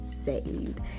saved